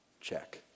check